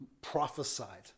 prophesied